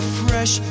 fresh